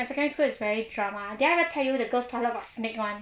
my secondary school is very drama did I ever teill you the girl's toilet got snake [one]